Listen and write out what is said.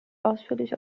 ausführlich